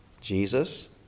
Jesus